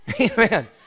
Amen